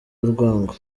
urwango